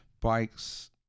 bikes